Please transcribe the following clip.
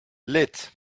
lit